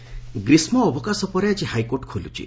high court ଗ୍ରୀଷ୍ ଅବକାଶ ପରେ ଆଜି ହାଇକୋର୍ଟ ଖୋଲିବ